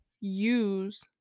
use